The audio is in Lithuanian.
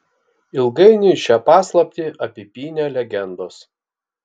ilgainiui šią paslaptį apipynė legendos